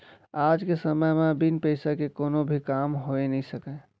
आज के समे म बिन पइसा के कोनो भी काम होइ नइ सकय